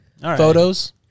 photos